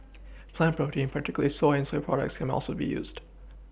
plant protein particularly soy and soy products can also be used